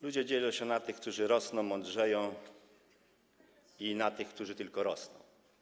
Ludzie dzielą się na tych, którzy rosną i mądrzeją, oraz na tych, którzy tylko rosną.